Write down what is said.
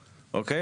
אוקיי?